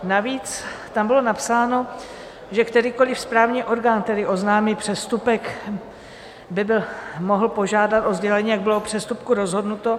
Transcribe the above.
Navíc tam bylo napsáno, že kterýkoliv správní orgán, který oznámí přestupek, by mohl požádat o sdělení, jak bylo v přestupku rozhodnuto.